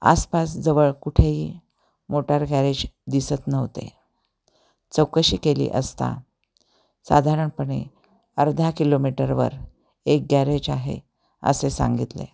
आसपास जवळ कुठेही मोटार गॅरेज दिसत नव्हते चौकशी केली असता साधारणपणे अर्धा किलोमीटरवर एक गॅरेज आहे असे सांगितले